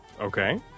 Okay